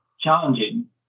challenging